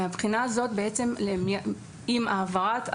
מהבחינה הזו, בעצם, עם העברת התחום,